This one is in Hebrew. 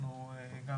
גם